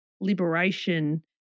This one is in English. liberation